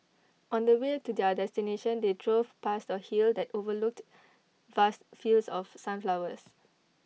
on the way to their destination they drove past A hill that overlooked vast fields of sunflowers